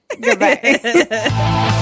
Goodbye